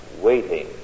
waiting